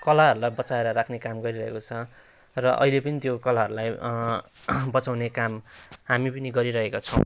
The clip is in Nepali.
कलाहरूलाई बचाएर राख्ने काम गरिरहेको छ र अहिले पनि त्यो कलाहरूलाई बचाउने काम हामी पनि गरिरहेका छौँ